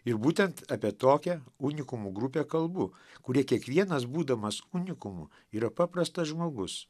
ir būtent apie tokią unikumų grupė kalbų kurie kiekvienas būdamas kunigu yra paprastas žmogus